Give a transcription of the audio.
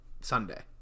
Sunday